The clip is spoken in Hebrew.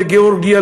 לגאורגיה,